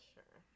Sure